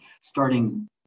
starting